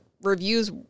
reviews